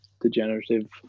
degenerative